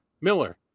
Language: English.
Miller